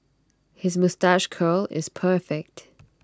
his moustache curl is perfect